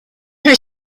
her